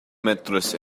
mattress